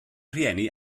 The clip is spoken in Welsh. rhieni